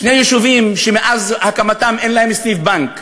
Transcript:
שני יישובים שמאז הקמתם אין להם סניף בנק.